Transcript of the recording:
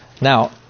Now